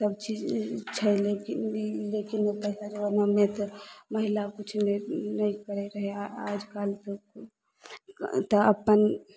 सब चीज छै लेकिन ई लेकिन पहिला जमानामे तऽ महिला किछु नहि ने करय रहय लेकिन आजकाल्हि तऽ तऽ अपन